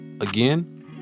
again